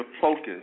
focus